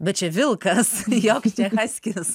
bet čia vilkas joks čia haskis